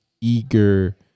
eager